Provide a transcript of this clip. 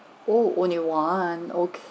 oh only one okay